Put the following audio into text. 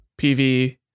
Pv